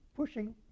Pushing